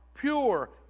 pure